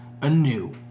anew